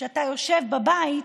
כשאתה יושב בבית,